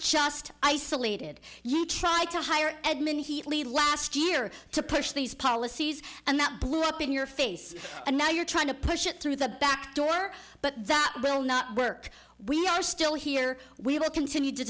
just isolated you tried to hire edmund heatley last year to push these policies and that blew up in your face and now you're trying to push it through the back door but that will not work we are still here we will continue to